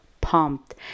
pumped